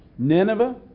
Nineveh